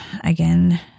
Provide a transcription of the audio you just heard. again